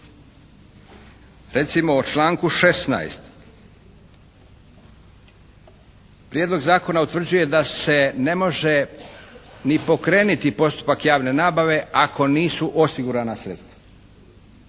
recimo o članku 16. Prijedlog zakona utvrđuje da se ne može ni pokreniti postupak javne nabave ako nisu osigurana sredstva.